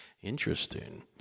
interesting